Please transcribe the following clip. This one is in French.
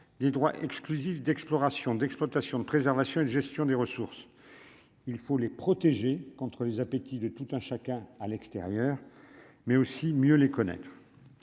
des droits exclusifs d'exploration, d'exploitation, de préservation et de gestion des ressources, il faut les protéger contre les appétits de tout un chacun à l'extérieur mais aussi mieux les connaître.